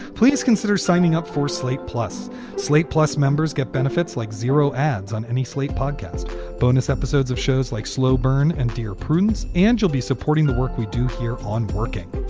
please consider signing up for slate plus slate. plus members get benefits like zero ads on any slate podcast bonus episodes of shows like slow burn and dear prudence. and you'll be supporting the work we do here on working.